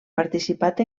participat